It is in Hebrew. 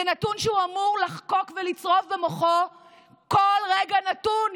זה נתון שהוא אמור לחקוק ולצרוב במוחו בכל רגע נתון,